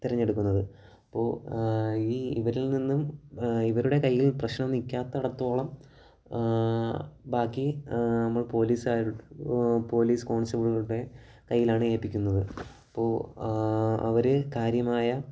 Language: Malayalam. തിരഞ്ഞെടുക്കുന്നത് അപ്പോൾ ഈ ഇവരിൽ നിന്നും ഇവരുടെ കയ്യിൽ പ്രശ്നം നിൽക്കാത്തിടത്തോളം ബാക്കി നമ്മൾ പോലീസുകാർ പോലീസ് കോൺസ്റ്റബിളുകളുടെ കൈയ്യിലാണ് ഏൽപ്പിക്കുന്നത് അപ്പോൾ അവർ കാര്യമായ